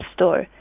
Store